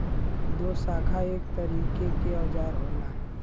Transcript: दोशाखा एक तरीके के औजार होला